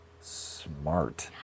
smart